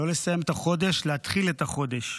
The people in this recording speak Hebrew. לא לסיים את החודש אלא להתחיל את החודש.